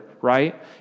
right